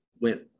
went